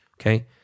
okay